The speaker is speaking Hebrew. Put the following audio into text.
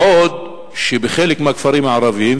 בעוד שבחלק מהכפרים הערביים,